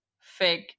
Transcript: fig